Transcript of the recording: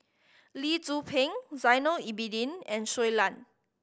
Lee Tzu Pheng Zainal Abidin and Shui Lan